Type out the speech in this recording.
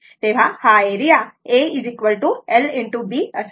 तर हा area A l ✕ b बरोबर